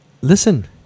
listen